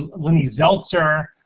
lenny zeltser,